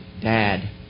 Dad